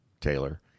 Taylor